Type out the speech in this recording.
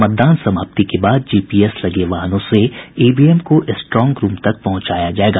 मतदान समाप्ति के बाद जीपीएस लगे वाहनों से ईवीएम को स्ट्रांग रूम तक पहुंचाया जायेगा